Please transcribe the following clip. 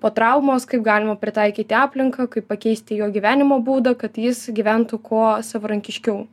po traumos kaip galima pritaikyti aplinką kaip pakeisti jo gyvenimo būdą kad jis gyventų kuo savarankiškiau